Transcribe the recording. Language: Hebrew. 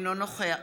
אינו נוכח